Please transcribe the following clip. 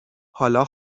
حالا